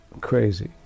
crazy